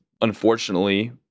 unfortunately